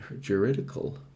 juridical